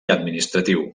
administratiu